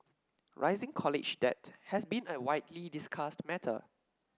rising college debt has been a widely discussed matter